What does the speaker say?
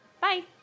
bye